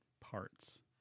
parts